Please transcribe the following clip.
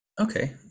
Okay